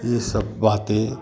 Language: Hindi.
यह सब बातें